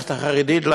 למערכת החינוך החרדית,